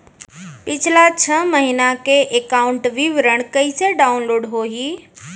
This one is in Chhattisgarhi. पिछला छः महीना के एकाउंट विवरण कइसे डाऊनलोड होही?